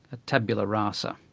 a tabula rasa,